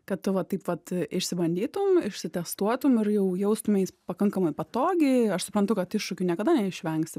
kad tu va taip vat išsibandytum išsitestuotum ir jau jaustumeis pakankamai patogiai aš suprantu kad iššūkių niekada neišvengsi